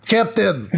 Captain